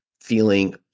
feeling